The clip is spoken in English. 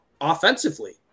Offensively